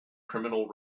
criminal